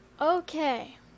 okay